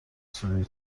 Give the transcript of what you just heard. سوری